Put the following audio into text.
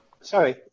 sorry